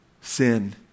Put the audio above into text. sin